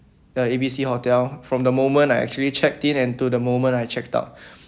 A_B_C hotel from the moment I actually checked in and to the moment I checked out